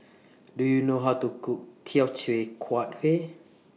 Do YOU know How to Cook Teochew Huat Kuih